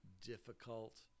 difficult